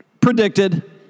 predicted